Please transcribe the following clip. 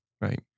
right